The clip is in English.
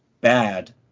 bad